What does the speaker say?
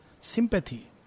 Sympathy